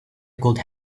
could